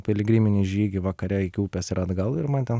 piligriminį žygį vakare iki upės ir atgal ir man ten